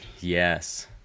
Yes